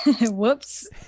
whoops